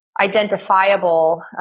identifiable